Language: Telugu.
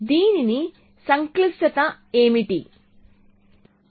దీని సంక్లిష్టత ఏమిటి